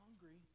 hungry